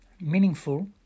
meaningful